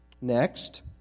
Next